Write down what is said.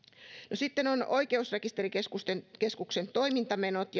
no sitten on oikeusrekisterikeskuksen toimintamenot